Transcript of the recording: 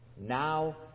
now